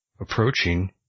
Approaching